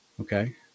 Okay